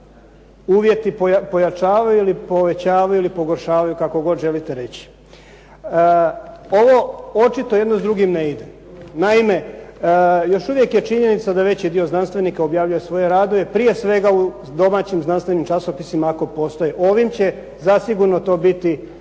uvjeti pojačavaju ili povećavaju ili pogoršavaju kako god želite reći. Ovo očito jedno s drugim ne ide. Naime, još uvijek je činjenica da veći dio znanstvenika objavljuje svoje radove prije svega u domaćim znanstvenim časopisima ako postoje. Ovim će zasigurno to biti